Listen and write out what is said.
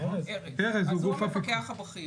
אז הוא המפקח הבכיר.